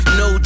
no